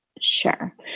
Sure